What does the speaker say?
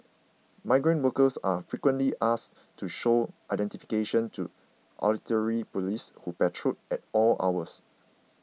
migrant workers are frequently asked to show identification to auxiliary police who patrol at all hours